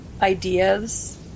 ideas